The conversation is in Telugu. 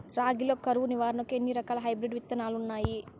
రాగి లో కరువు నివారణకు ఎన్ని రకాల హైబ్రిడ్ విత్తనాలు ఉన్నాయి